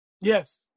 Yes